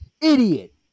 idiot